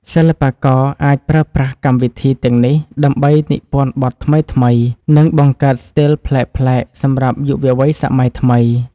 សិល្បករអាចប្រើប្រាស់កម្មវិធីទាំងនេះដើម្បីនិពន្ធបទភ្លេងថ្មីៗ និង បង្កើតស្ទីលប្លែកៗសម្រាប់យុវវ័យសម័យថ្មី។